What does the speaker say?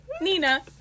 Nina